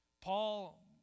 Paul